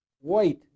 white